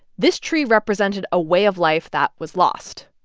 this tree represented a way of life that was lost.